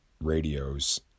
radios